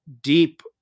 deep